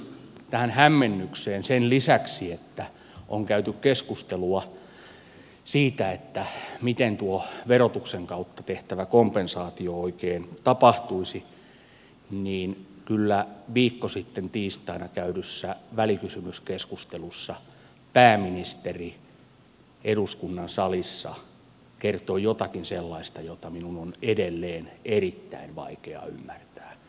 tähän hämmennykseen sen lisäksi että on käyty keskustelua siitä miten tuo verotuksen kautta tehtävä kompensaatio oikein tapahtuisi kyllä viikko sitten tiistaina käydyssä välikysymyskeskustelussa pääministeri eduskunnan salissa kertoi jotakin sellaista mitä minun on edelleen erittäin vaikea ymmärtää